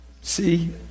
See